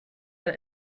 man